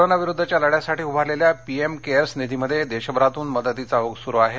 कोरोनाविरुद्धच्या लढ़यासाठी उभारलेल्या पीएम केअर्स निधीमध्ये देशभरातून मदतीचा ओघ सुरु आहे